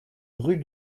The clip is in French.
rue